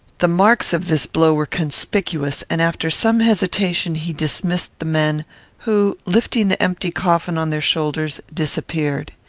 the marks of this blow were conspicuous, and after some hesitation he dismissed the men who, lifting the empty coffin on their shoulders, disappeared.